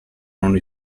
non